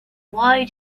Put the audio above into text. why